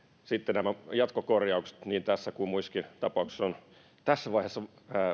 sitten nämä jatkokorjaukset niin tässä kuin muissakin tapauksissa on tässä vaiheessa